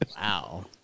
Wow